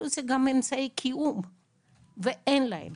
בריאות זה גם אמצעי קיום ואין להם.